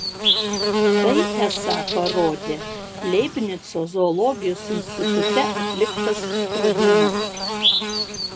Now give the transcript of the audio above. tai esą parodė leibnico zoologijos institute atliktas skrodimas